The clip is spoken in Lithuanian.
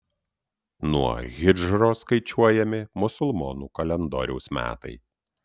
nuo hidžros skaičiuojami musulmonų kalendoriaus metai